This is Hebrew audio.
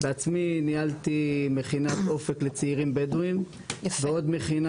בעצמי ניהלתי מכינת אופק לצעירים בדואים ועוד מכינה